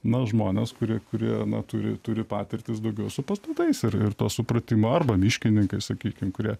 na žmonės kurie kurie turi turi patirtis daugiau su pastatais ir ir to supratimo arba miškininkai sakykim kurie